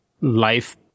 life